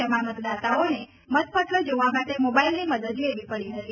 જેમાં મતદાતાઓને મત પત્ર જોવા માટે મોબાઈલની મદદ લેવી પડી હતી